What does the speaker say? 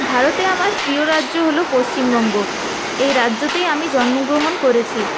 ভারতে আমার প্রিয় রাজ্য হল পশ্চিমবঙ্গ এ রাজ্যতেই আমি জন্মগ্রহণ করেছি